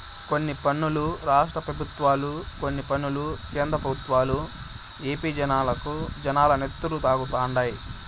కొన్ని పన్నులు రాష్ట్ర పెబుత్వాలు, కొన్ని పన్నులు కేంద్ర పెబుత్వాలు ఏపీ జనాల నెత్తురు తాగుతండాయి